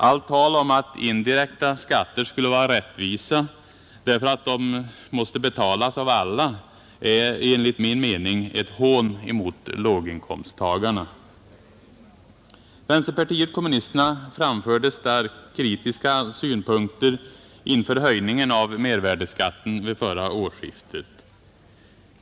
Allt tal om att indirekta skatter skulle vara rättvisa, därför att de måste betalas av alla, är enligt min mening ett hån mot låginkomsttagarna. Vänsterpartiet kommunisterna framförde starkt kritiska synpunkter inför höjningen av mervärdeskatten vid förra årsskiftet.